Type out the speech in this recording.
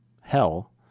hell